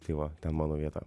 tai va ten mano vieta